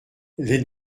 les